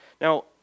Now